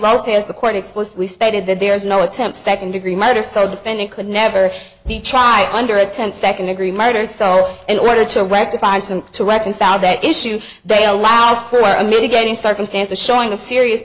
lopez the court explicitly stated that there is no attempt second degree murder style defendant could never be tried under a ten second degree murder so in order to rectify some to reconcile that issue they allow for a mitigating circumstance a showing of serious